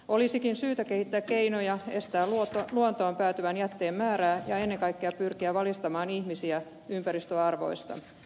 olisikin syytä kehittää keinoja estää luontoon päätyvän jätteen määrää ja ennen kaikkea pyrkiä valistamaan ihmisiä ympäristöarvoista